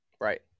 Right